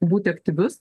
būti aktyvius